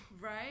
right